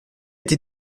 tes